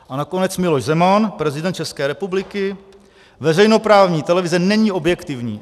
A nakonec Miloš Zeman, prezident České republiky: Veřejnoprávní televize není objektivní.